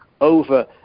Over